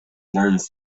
learns